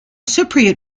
cypriot